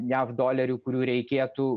jav dolerių kurių reikėtų